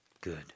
Good